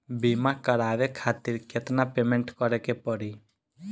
बीमा करावे खातिर केतना पेमेंट करे के पड़ी?